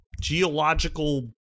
geological